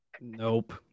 nope